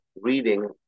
reading